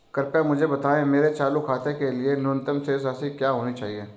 कृपया मुझे बताएं मेरे चालू खाते के लिए न्यूनतम शेष राशि क्या होनी चाहिए?